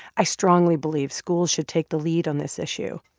i strongly believe schools should take the lead on this issue.